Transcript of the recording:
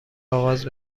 آغاز